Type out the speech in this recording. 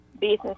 business